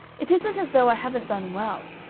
it isn't as though i haven't done well.